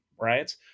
right